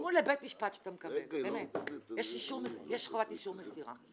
בזימון שאתה מקבל לבית משפט יש חובת אישור מסירה.